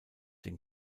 den